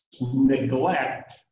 neglect